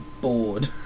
bored